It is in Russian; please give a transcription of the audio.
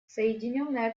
соединенное